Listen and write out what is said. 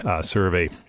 survey